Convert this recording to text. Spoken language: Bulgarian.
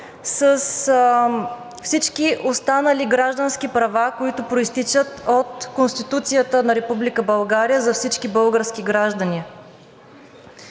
с всички останали граждански права, които произтичат от Конституцията на Република България за всички български граждани.